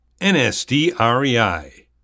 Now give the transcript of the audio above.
NSDREI